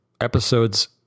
episodes